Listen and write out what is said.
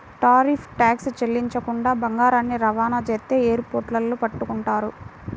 tariff tax చెల్లించకుండా బంగారాన్ని రవాణా చేస్తే ఎయిర్ పోర్టుల్లో పట్టుకుంటారు